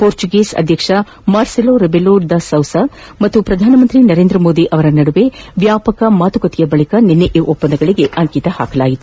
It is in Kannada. ಪೋರ್ಚುಗೀಸ್ ಅಧ್ಯಕ್ಷ ಮಾರ್ಸೆಲೋ ರೆಬೆಲೋ ಡ ಸೂಸ ಮತ್ತು ಪ್ರಧಾನಿ ನರೇಂದ್ರ ಮೋದಿ ಅವರ ನಡುವೆ ವ್ಯಾಪಕ ಮಾತುಕತೆಯ ಬಳಿಕ ಈ ಒಪ್ಪಂದಗಳಿಗೆ ಅಂಕಿತ ಹಾಕಲಾಗಿದೆ